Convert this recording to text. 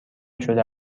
شده